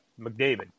McDavid